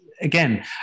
Again